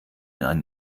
einen